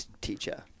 teacher